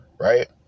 right